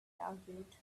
argued